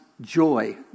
joy